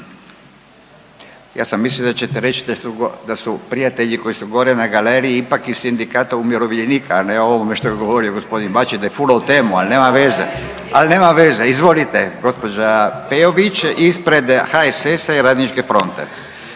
Ja sam mislio da ćete reći da su prijatelji koji su gore na galeriji ipak iz sindikata umirovljenika, a ne ovome što je govorio g. Bačić, da je fulao temu, ali nema veze. Ali nema veze. Izvolite. Gđa. Peović ispred HSS-a i Radničke fronte.